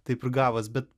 taip ir gavos bet